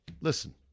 listen